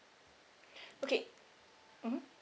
okay mmhmm